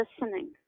listening